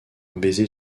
baiser